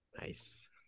nice